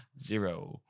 Zero